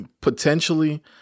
Potentially